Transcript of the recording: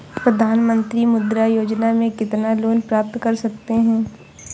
प्रधानमंत्री मुद्रा योजना में कितना लोंन प्राप्त कर सकते हैं?